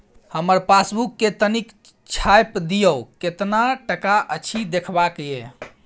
हमर पासबुक के तनिक छाय्प दियो, केतना टका अछि देखबाक ये?